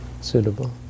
suitable